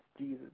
Jesus